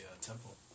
temple